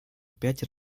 пять